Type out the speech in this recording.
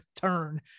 turn